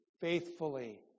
faithfully